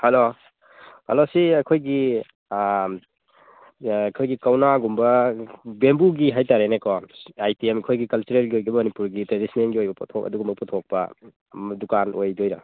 hello hello ꯁꯤ ꯑꯩꯈꯣꯏꯒꯤ ꯑꯩꯈꯣꯏꯒꯤ ꯀꯧꯅꯥꯒꯨꯝꯕ ꯕꯦꯝꯕꯨꯒꯤ ꯍꯥꯏꯇꯔꯦꯅꯦꯀꯣ ꯑꯥꯏꯇꯦꯝ ꯑꯩꯈꯣꯏꯒꯤ ꯀꯜꯆꯔꯦꯜꯒꯤ ꯑꯣꯏꯕ ꯃꯅꯤꯄꯨꯔꯒꯤ ꯇ꯭ꯔꯦꯗꯤꯁꯟꯅꯦꯜꯒꯤ ꯑꯣꯏꯕ ꯄꯣꯠꯊꯣꯛ ꯑꯗꯨꯒꯨꯝꯕ ꯄꯨꯊꯣꯛꯄ ꯗꯨꯀꯥꯟ ꯑꯣꯏꯗꯣꯏꯔꯥ